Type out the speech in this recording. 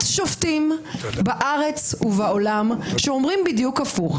שופטים בארץ ובעולם שאומרים בדיוק הפוך.